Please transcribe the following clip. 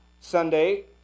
Sunday